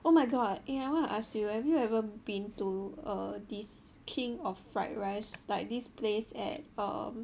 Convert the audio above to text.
oh my god eh I want to ask you have you ever been to err this king of fried rice like this place at erm